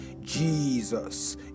jesus